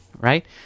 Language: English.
Right